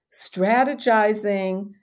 strategizing